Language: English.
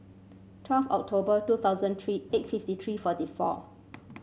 twelve October two thousand three eight fifty three forty four